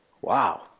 Wow